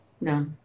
No